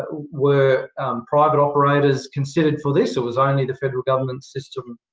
were private operators considered for this or was only the federal government's system